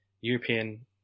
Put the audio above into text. European